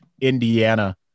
Indiana